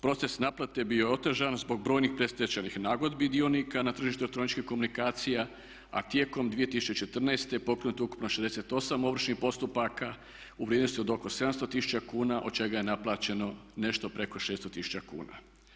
Proces naplate je bio otežan zbog brojnih predstečajnih nagodbi dionika na tržištu elektroničkih komunikacija, a tijekom 2014. je pokrenuto ukupno 68 ovršnih postupaka u vrijednosti od oko 700 tisuća kuna od čega je naplaćeno nešto preko 600 tisuća kuna.